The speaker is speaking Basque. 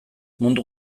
mundu